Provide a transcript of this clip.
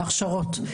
הכשרות,